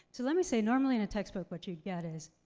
so let me say, normally in a textbook what you get is,